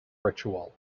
ritual